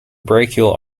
brachial